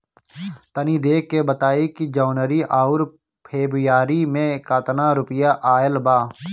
तनी देख के बताई कि जौनरी आउर फेबुयारी में कातना रुपिया आएल बा?